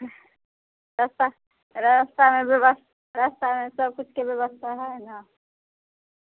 रस्ता रस्तामे व्यवस्था रस्तामे सभ किछुके व्यवस्था है ने